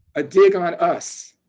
a dig on us.